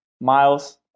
miles